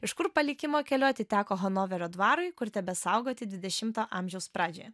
iš kur palikimo keliu atiteko hanoverio dvarui kur tebesaugoti dvidešimto amžiaus pradžioje